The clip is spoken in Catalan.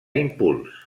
impuls